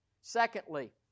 Secondly